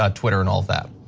ah twitter and all that.